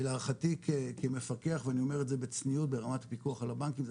להערכתי כמפקח ואני אומר את זה בצניעות ברמת הפיקוח על הבנקים,